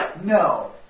No